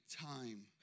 time